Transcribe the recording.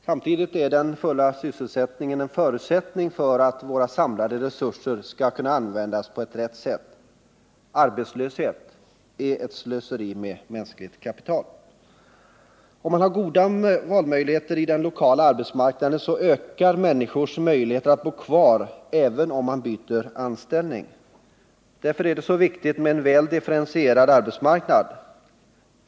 Samtidigt är full sysselsättning en förutsättning för att våra samlade resurser skall kunna användas på rätt sätt. Arbetslöshet är ett slöseri med mänskligt kapital. Om man har goda valmöjligheter i den lokala arbetsmarknaden så ökar människors möjligheter att bo kvar även om man byter anställning. Därför är det så viktigt med en väl differentierad arbetsmarknad.